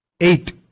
Eight